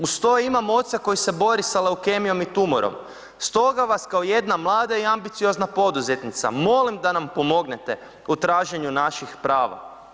Uz to imam oca koji se bori sa leukemijom i tumorom, stoga vas kao jedna mlada i ambiciozna poduzetnica molim da nam pomognete u traženju naših prava.